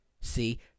See